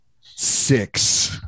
Six